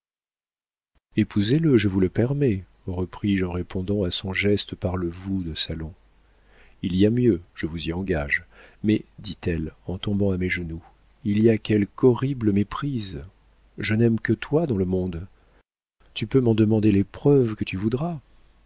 épousez le je vous le permets repris-je en répondant à son geste par le vous de salon il y a mieux je vous y engage mais dit-elle en tombant à mes genoux il y a quelque horrible méprise je n'aime que toi dans le monde tu peux m'en demander les preuves que tu voudras